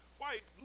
white